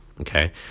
Okay